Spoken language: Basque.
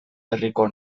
herriko